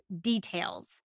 details